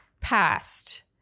past